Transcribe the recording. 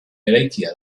eraikia